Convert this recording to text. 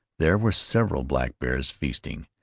there were several blackbears feasting,